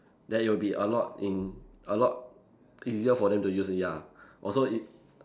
then it'll be a lot in a lot easier for them to use ya also if